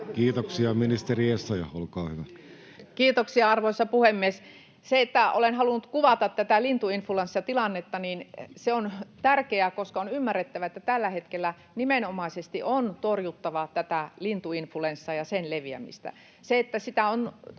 Kiitoksia. — Ministeri Essayah, olkaa hyvä. Kiitoksia, arvoisa puhemies! Se, että olen halunnut kuvata tätä lintuinfluenssatilannetta, on tärkeää, koska on ymmärrettävä, että tällä hetkellä nimenomaisesti on torjuttava tätä lintuinfluenssaa ja sen leviämistä. Se asia, että sitä on